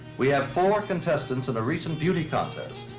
we have four contestants in a recent beauty contest.